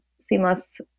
seamless